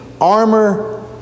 armor